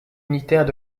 unitaire